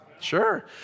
Sure